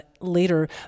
later